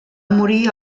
morir